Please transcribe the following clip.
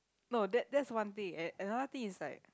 no that that's one thing and another thing is like